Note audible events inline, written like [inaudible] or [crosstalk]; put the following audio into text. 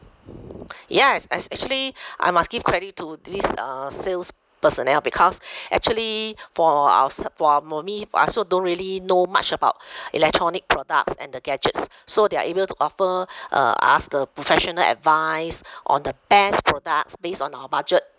yes as actually I must give credit to these uh sales personnel because [breath] actually for ours~ for uh for me I also don't really know much about [breath] electronic products and the gadgets so they are able to offer uh ask the professional advice on the best products based on our budget